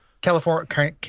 California